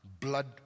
blood